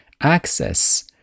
access